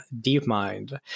DeepMind